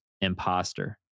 imposter